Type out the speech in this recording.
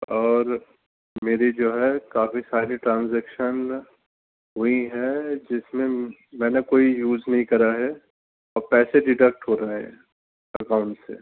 اور میری جو ہے کافی ساری ٹرانزیکشن ہوئی ہیں جس میں میں نے کوئی یوز نہیں کرا ہے اور پیسے ڈیٹکٹ ہو رہے ہیں اکاؤنٹ سے